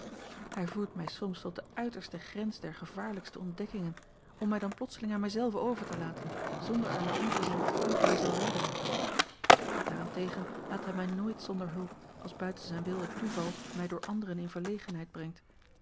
hij voert mij soms tot de uiterste grens der gevaarlijkste ontdekkingen om mij dan plotseling aan mij zelve over te laten zonder er naar om te zien hoe ik mij zal redden daarentegen laat hij mij nooit zonder hulp als buiten zijn wil het toeval mij door anderen in verlegenheid brengt